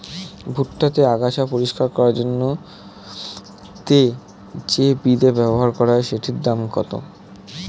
ভুট্টা তে আগাছা পরিষ্কার করার জন্য তে যে বিদে ব্যবহার করা হয় সেটির দাম কত?